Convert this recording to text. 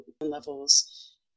levels